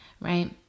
right